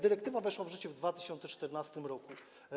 Dyrektywa weszła w życie w 2014 r.